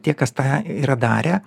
tie kas tą yra darę